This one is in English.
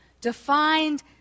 defined